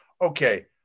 okay